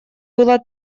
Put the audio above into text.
было